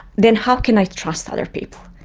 then how can i trust other people?